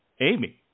Amy